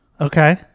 Okay